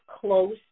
close